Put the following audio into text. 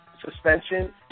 suspension